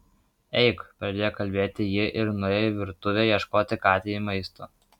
eik pradėjo kalbėti ji ir nuėjo į virtuvę ieškoti katei maisto